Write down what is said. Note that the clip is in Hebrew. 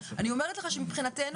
אני אומרת לך שמבחינתנו,